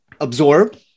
absorb